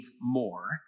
more